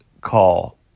call